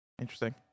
Interesting